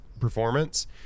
performance